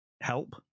help